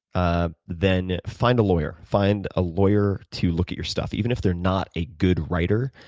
ah then find a lawyer. find a lawyer to look at your stuff, even if they're not a good writer,